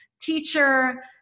teacher